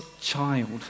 child